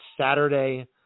Saturday